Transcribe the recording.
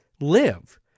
live